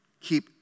keep